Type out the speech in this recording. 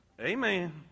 Amen